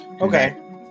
okay